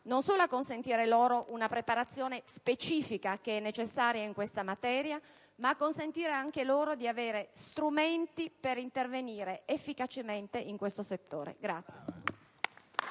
non solo a consentire loro una preparazione specifica che è necessaria in questa materia, ma anche a disporre di strumenti per intervenire efficacemente nel settore.